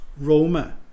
Roma